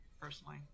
personally